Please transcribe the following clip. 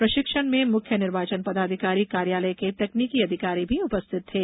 प्रशिक्षण में मुख्य निर्वाचन पदाधिकारी कार्यालय के तकनीकी अधिकारी भी उपस्थित थे